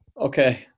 Okay